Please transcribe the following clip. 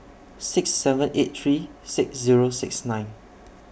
six seven eight three six Zero six nine